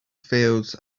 fields